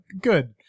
good